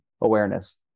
awareness